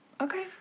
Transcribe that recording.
Okay